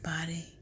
body